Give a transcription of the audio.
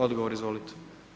Odgovor izvolite.